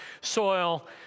soil